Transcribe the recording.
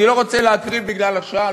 אני לא רוצה להקריא בגלל השעה,